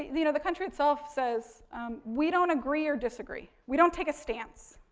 you know, the country itself says we don't agree or disagree, we don't take a stance.